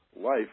life